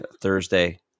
Thursday